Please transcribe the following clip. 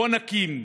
בואו נקים.